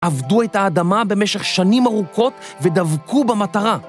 עבדו את האדמה במשך שנים ארוכות ודבקו במטרה.